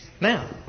Now